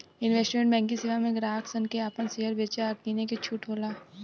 investment banking सेवा में ग्राहक सन के आपन शेयर बेचे आ किने के छूट होला